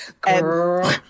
Girl